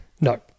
No